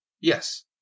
Yes